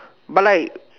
but like